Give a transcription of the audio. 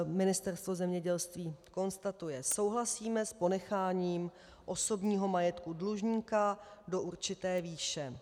Ministerstvo zemědělství konstatuje: Souhlasíme s ponecháním osobního majetku dlužníka do určité výše.